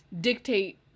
dictate